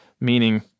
meaning